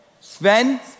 Sven